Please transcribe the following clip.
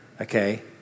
okay